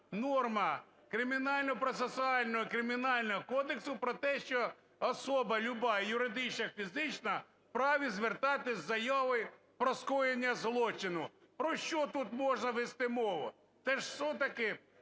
норма Кримінально-процесуального, Кримінального кодексу про те, що особа люба – юридична, фізична – вправі звертатися з заявою про скоєння злочину. Про що тут можна вести мову? То все-таки